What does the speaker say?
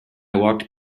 walked